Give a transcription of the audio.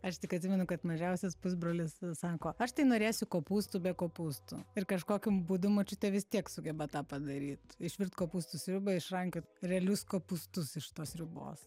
aš tik atsimenu kad mažiausias pusbrolis sako aš tai norėsiu kopūstų be kopūstų ir kažkokiu būdu močiutė vis tiek sugeba tą padaryt išvirt kopūstų sriubą išrankiot realius kopūstus iš tos sriubos